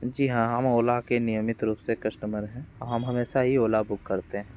जी हाँ हम ओला के नियमित रुप से कस्टमर हैं हम हमेशा ही ओला बुक करते हैं